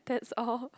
that's all